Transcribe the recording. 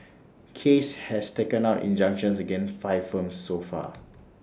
case has taken out injunctions against five firms so far